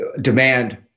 demand